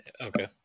okay